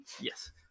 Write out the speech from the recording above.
Yes